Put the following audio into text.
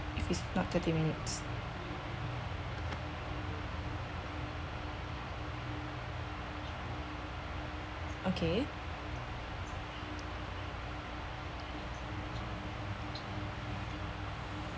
if is not thirty minutes okay